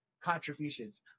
contributions